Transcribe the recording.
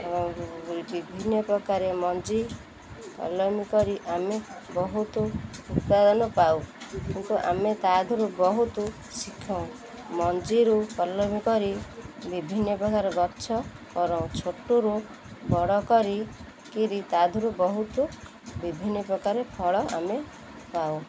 ବିଭିନ୍ନ ପ୍ରକାରେ ମଞ୍ଜି କଲମୀ କରି ଆମେ ବହୁତ ଉତ୍ପାଦନ ପାଉ କିନ୍ତୁ ଆମେ ତାଧିରୁ ବହୁତ ଶିଖଉଁ ମଞ୍ଜିରୁ କଲମୀ କରି ବିଭିନ୍ନ ପ୍ରକାର ଗଛ କରୁଉଁ ଛୋଟରୁ ବଡ଼ କରି କିରି ତାଧିରୁ ବହୁତ ବିଭିନ୍ନ ପ୍ରକାର ଫଳ ଆମେ ପାଉ